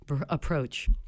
approach